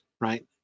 right